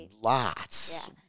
lots